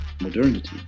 modernity